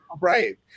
Right